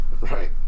Right